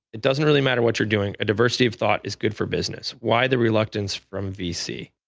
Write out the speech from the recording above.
it doesn't really matter what you're doing, a diversity of thought is good for business. why the reluctance from vc?